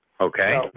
Okay